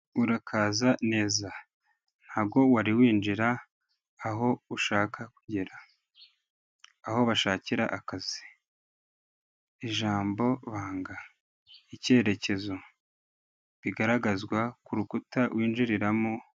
Urakaza neza ntago wari winjira aho ushaka kugera, aho bashakira akazi, ijambo banga, icyerekezo bigaragazwa ku rukuta winjiriramo.